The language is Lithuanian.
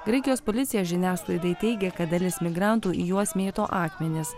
graikijos policija žiniasklaidai teigia kad dalis migrantų į juos mėto akmenis